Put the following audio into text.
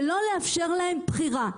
ולא לאפשר להם בחירה.